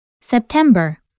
September